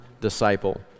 disciple